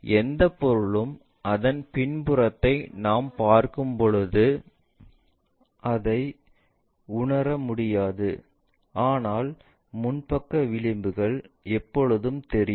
எந்த பொருளும் அதன் பின் புறத்தை நாம் பார்க்கும் பொழுது அதை உணர முடியாது ஆனால் முன் பக்க விளிம்புகள் எப்போதும் தெரியும்